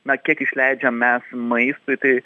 na kiek išleidžiame maistui tai